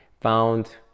found